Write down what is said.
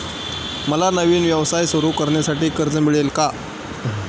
मला नवीन व्यवसाय सुरू करण्यासाठी कर्ज मिळेल का?